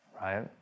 right